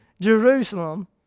Jerusalem